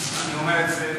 אני אומר את זה,